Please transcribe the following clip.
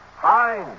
Fine